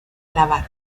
lavar